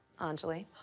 Anjali